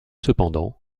cependant